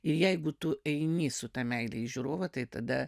ir jeigu tu eini su ta meile į žiūrovą tai tada